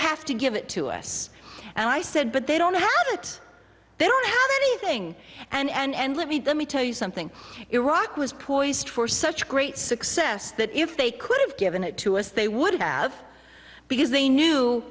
have to give it to us and i said but they don't have it they don't have anything and let me let me tell you something iraq was poised for such great success that if they could have given it to us they would have because they knew